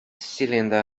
cylinder